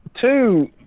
two